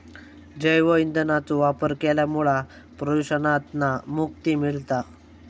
जैव ईंधनाचो वापर केल्यामुळा प्रदुषणातना मुक्ती मिळता